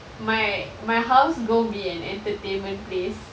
my my house gonna be an entertainment place